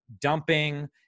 dumping